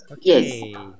yes